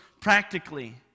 practically